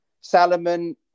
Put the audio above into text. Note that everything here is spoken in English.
Salomon